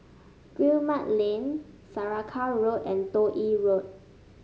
Guillemard Lane Saraca Road and Toh Yi Road